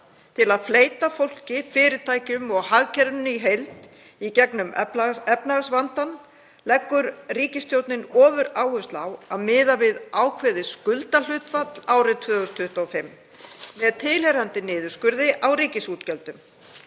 til að fleyta fólki, fyrirtækjum og hagkerfinu í heild í gegnum efnahagsvandann, leggur ríkisstjórnin ofuráherslu á að miða við ákveðið skuldahlutfall árið 2025 með tilheyrandi niðurskurði á ríkisútgjöldum.